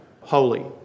holy